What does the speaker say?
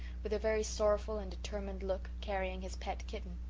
with a very sorrowful and determined look, carrying his pet kitten.